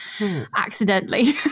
accidentally